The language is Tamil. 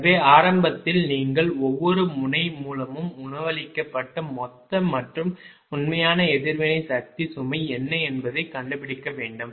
எனவே ஆரம்பத்தில் நீங்கள் ஒவ்வொரு முனை மூலமும் உணவளிக்கப்பட்ட மொத்த மற்றும் உண்மையான எதிர்வினை சக்தி சுமை என்ன என்பதை கண்டுபிடிக்க வேண்டும்